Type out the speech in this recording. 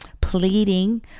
pleading